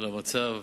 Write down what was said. על המצב,